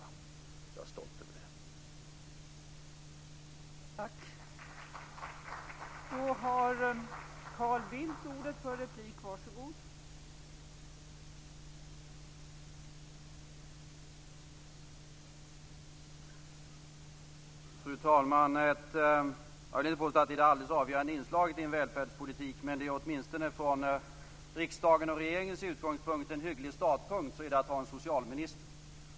Jag är stolt över det.